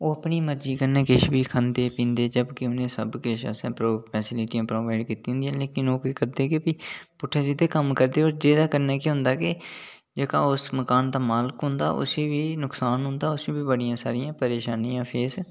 ओह् अपनी मर्जी कन्नै किश बी खंदे पींदे जबकि उ'नेंगी सब किश अपने आस्तै फैसीलिटी प्रोबाइड कीती दी होंदी एह् लोक के करदे फ्ही पुटठे सिद्धे कम्म करदे जेह्दे कन्नै केह् होंदा के जेह्का उस मकान दा मालक हुंदा उस्सी बी नुक्सान होंदा होर बी बड़ियां सारियां परेशानियां फेस करनी